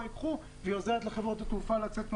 ייקחו והיא עוזרת לחברות התעופה לצאת מהבוץ?